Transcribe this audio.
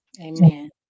Amen